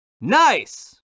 Nice